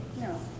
No